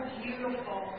beautiful